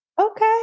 Okay